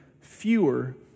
fewer